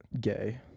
Gay